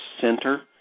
center